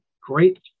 Great